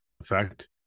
effect